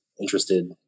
interested